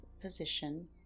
position